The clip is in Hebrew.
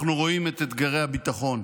אנחנו רואים את אתגרי הביטחון,